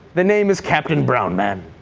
the name is captain brown man.